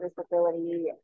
disability